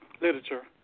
literature